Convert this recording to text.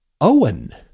Owen